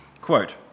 Quote